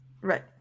Right